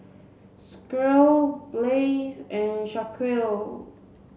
Squire Blaise and Shaquille